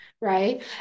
right